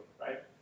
right